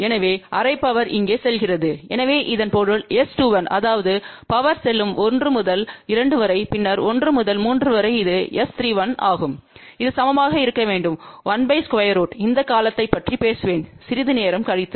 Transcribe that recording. எனவே அரை பவர் இங்கே செல்கிறது எனவே இதன் பொருள் S21அதாவது பவர் செல்லும் 1 முதல் 2 வரை பின்னர் 1 முதல் 3 வரை இது S31ஆகும் இது சமமாக இருக்க வேண்டும் 1 √2இந்த காலத்தைப் பற்றி பேசுவேன் சிறிது நேரம் கழித்து